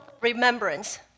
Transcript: remembrance